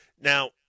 Now